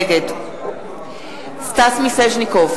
נגד סטס מיסז'ניקוב,